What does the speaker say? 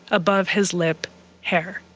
above his lip hair.